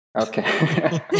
Okay